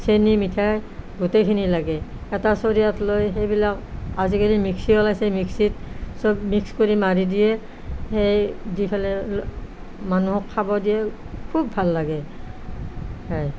চেনি মিঠাই গোটেইখিনি লাগে এটা চৰিয়াত লৈ সেইবিলাক আজিকালি মিক্সি উলাইছে মিক্সিত সব মিক্স কৰি মাৰি দিয়ে সেই দি পেলাই মানুহক খাব দিয়ে খুব ভাল লাগে হয়